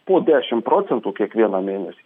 po dešim procentų kiekvieną mėnesį